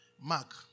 Mark